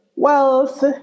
Wealth